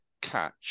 catch